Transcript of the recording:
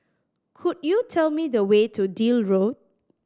could you tell me the way to Deal Road